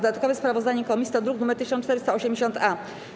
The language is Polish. Dodatkowe sprawozdanie komisji to druk nr 1480-A.